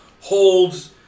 Holds